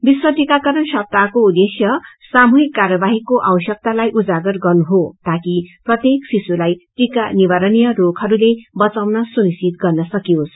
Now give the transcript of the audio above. विश्व टिकारण सप्ताहको उद्देश्य सामूहिक कार्यवाहीको आवश्यकतालाई उजागर गर्नुहो ताकि प्रत्येक शिशुलाई टिाका निवारणीय रोगहरूले बचाउन सुनिश्चित गर्न सकियोस